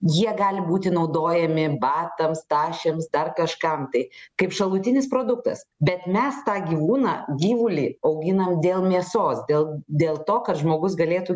jie gali būti naudojami batams tašėms dar kažkam tai kaip šalutinis produktas bet mes tą gyvūną gyvulį auginam dėl mėsos dėl dėl to kad žmogus galėtų